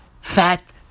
fat